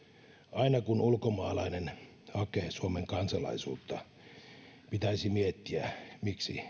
aina kun ulkomaalainen hakee suomen kansalaisuutta pitäisi miettiä miksi